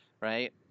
right